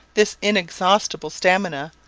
this inexhaustible stamina,